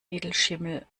edelschimmel